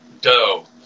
doe